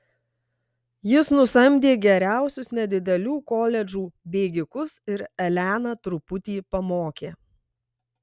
jis nusamdė geriausius nedidelių koledžų bėgikus ir eleną truputį pamokė